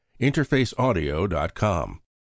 Interfaceaudio.com